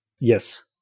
Yes